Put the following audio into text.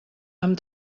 amb